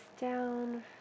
down